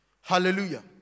Hallelujah